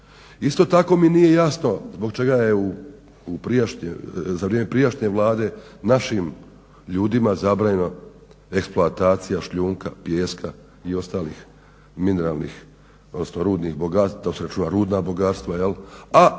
Isto tako mi nije jasno zbog čega je za vrijeme prijašnje Vlade našim ljudima zabranjena eksploatacija šljunka, pijeska i ostalih mineralnih, odnosno rudnih bogatstva, a istovremeno radi se uvijek